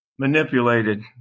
manipulated